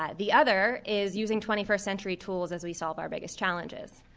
ah the other is using twenty first century tools as we solve our biggest challenges.